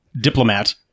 diplomat